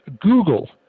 Google